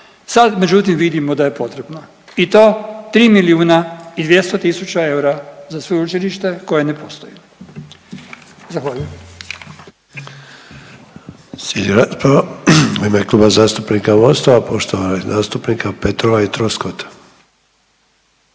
Sad međutim vidimo da je potrebno i to 3 milijuna i 200 tisuća eura za sveučilište koje ne postoji. Zahvaljujem. **Sanader, Ante (HDZ)** Slijedi rasprava u ime Kluba zastupnika MOST-a, poštovanih zastupnika Petrova i Troskota.